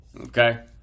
Okay